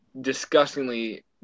disgustingly